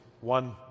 one